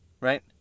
right